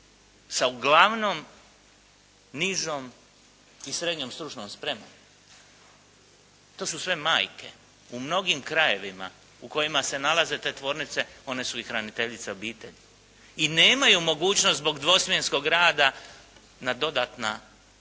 Sa uglavnom nižom i srednjom stručnom spremom. To su sve majke u mnogim krajevima u kojima se nalaze te tvornice one su i hraniteljice obitelji. I nemaju mogućnost zbog dvosmjenskog rada na dodatna, na